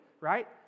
right